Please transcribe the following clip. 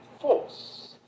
force